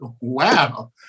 wow